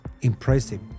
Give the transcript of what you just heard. Impressive